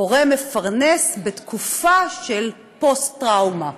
הורה מפרנס בתקופה של פוסט-טראומה.